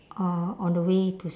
uh on the way to